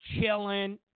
chilling